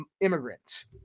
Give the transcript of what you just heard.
immigrants